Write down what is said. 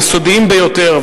יסודיים ביותר,